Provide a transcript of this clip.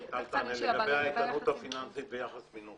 איתנות פיננסית ויחס מינוף,